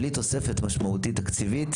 בלי תוספת משמעותית תקציבית,